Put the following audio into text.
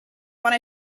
wanna